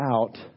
out